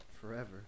forever